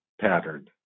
pattern